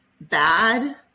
bad